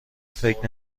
فکر